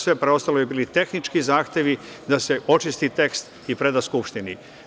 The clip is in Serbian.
Sve preostalo su bili tehnički zahtevi da se očisti tekst i preda Skupštini.